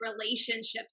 relationships